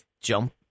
jump